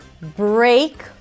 Break